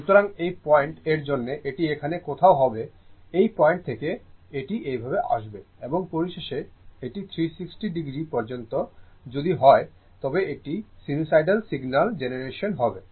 সুতরাং এই পয়েন্ট এর জন্য এটি এখানে কোথাও হবে এই পয়েন্ট থেকে এটি এইভাবে আসবে এবং পরিশেষে এটি 360o পর্যন্ত যদি হয় তবে এটি একটি সিনুসোইডাল সিগন্যাল জেনারেশন হবে